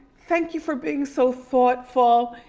thank you for being so thoughtful.